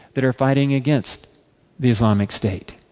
that are fighting against the islamic state.